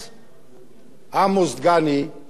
עמוס דגני הוא איש שכזה.